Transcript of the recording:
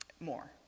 more